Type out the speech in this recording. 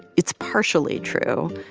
it's partially true.